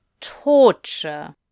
torture